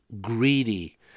greedy